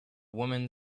woman